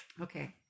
Okay